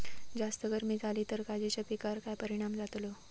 जास्त गर्मी जाली तर काजीच्या पीकार काय परिणाम जतालो?